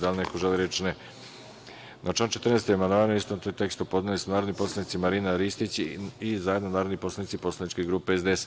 Da li neko želi reč? (Ne) Na član 14. amandmane, u istovetnom tekstu, podneli su narodni poslanici Marina Ristić i zajedno narodni poslanici poslaničke grupe SDS.